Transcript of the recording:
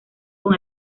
con